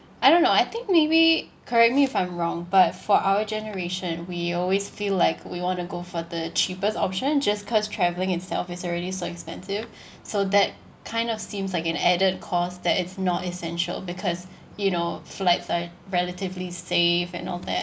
I don't know I think maybe correct me if I'm wrong but for our generation we always feel like we want to go for the cheapest option just cause travelling itself is already so expensive so that kind of seems like an added cost that it's not essential because you know flights are relatively safe and all that